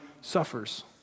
suffers